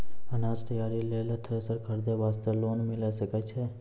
अनाज तैयारी लेल थ्रेसर खरीदे वास्ते लोन मिले सकय छै?